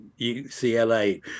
UCLA